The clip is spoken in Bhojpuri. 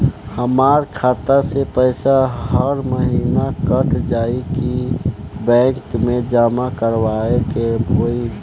हमार खाता से पैसा हर महीना कट जायी की बैंक मे जमा करवाए के होई?